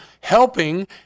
helping